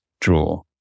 draw